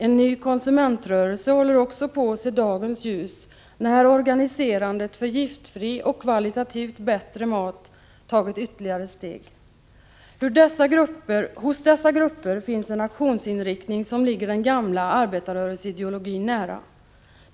En ny konsumentrörelse kommer också att se dagens ljus när organiserandet för giftfri och kvalitativt bättre mat tagit ytterligare steg. Hos dessa grupper finns en aktionsinriktning som ligger den gamla arbetarrörelseideologin nära.